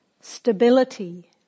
stability